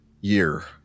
year